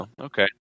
Okay